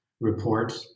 report